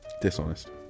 dishonest